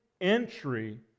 entry